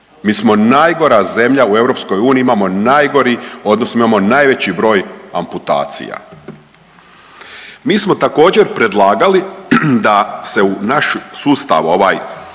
Mi smo najgora zemlja u EU, imamo najgori odnosno imamo najveći broj amputacija. Mi smo također, predlagali da se u naš sustav, ovaj